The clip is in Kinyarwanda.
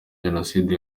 jenoside